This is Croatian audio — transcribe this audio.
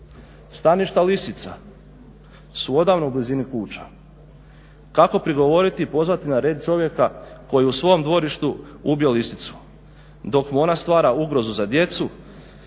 Staništa lisica su odavno u blizini kuća. Kako prigovoriti i pozvati na red čovjeka koji u svom dvorištu ubije lisicu dok mu ona stvara ugrozu za djecu?